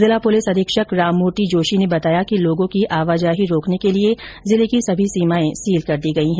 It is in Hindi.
जिला पुलिस अधीक्षक राममूर्ति जोशी ने बताया कि लोगों की आवाजाही को रोकने के लिए जिले की सभी सीमाएं सील कर दी गई है